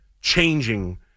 changing